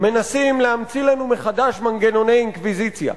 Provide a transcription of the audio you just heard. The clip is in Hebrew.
מנסים להמציא לנו מחדש מנגנוני אינקוויזיציה.